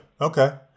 Okay